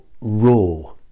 raw